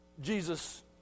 Jesus